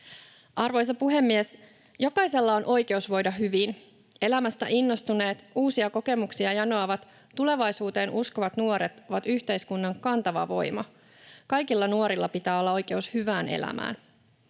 Arvoisa puhemies! Jokaisella on oikeus voida hyvin. Elämästä innostuneet, uusia kokemuksia janoavat, tulevaisuuteen uskovat nuoret ovat yhteiskunnan kantava voima. Kaikilla nuorilla pitää olla oikeus hyvään elämään.